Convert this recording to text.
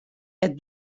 het